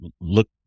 look